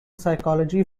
psychology